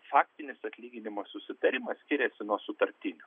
faktinis atlyginimas susitarimas skiriasi nuo sutartinio